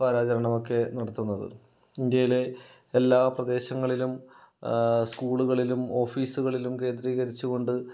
വാരാചരണമൊക്കെ നടത്തുന്നത് ഇന്ത്യയിലെ എല്ലാ പ്രദേശങ്ങളിലും സ്കൂളുകളിലും ഓഫീസുകളിലും കേന്ദ്രീകരിച്ചുക്കൊണ്ട്